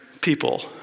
People